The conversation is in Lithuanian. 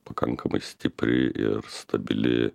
pakankamai stipri ir stabili